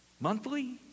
Monthly